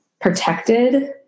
protected